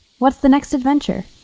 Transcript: what's the next adventure?